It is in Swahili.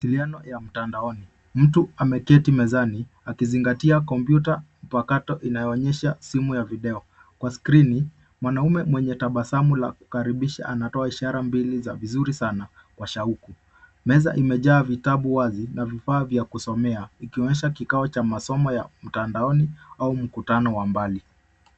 Usiliano ya mtandaoni. Mtu ameketi mezani akizingatia kompyuta mpakato inayoonyesha simu ya video. Kwa skrini, mwanaume mwenye tabasamu la kukaribisha anatoa ishara mbili za vizuri sana kwa shauku. Meza imejaa vitabu wazi na vifaa vya kusomea ikionyesha kikao cha masomo ya mtandaoni au mkutano wa mbali.